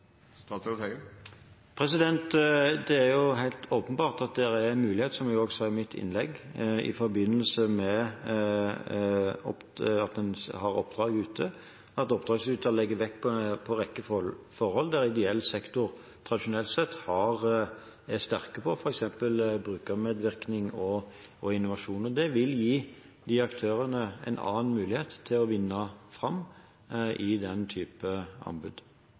Det er helt åpenbart at det er en mulighet – som jeg også sa i mitt innlegg – i forbindelse med at en har oppdrag ute, for at oppdragsyter legger vekt på en rekke forhold der ideell sektor tradisjonelt sett er sterke, f.eks. brukermedvirkning og innovasjon. Det vil gi de aktørene en annen mulighet til å vinne fram i den type anbud.